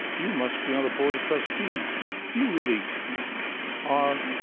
you must be on the board of trustees you really are,